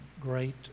Great